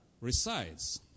resides